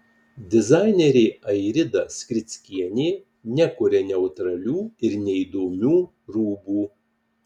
dizainerė airida skrickienė nekuria neutralių ir neįdomių rūbų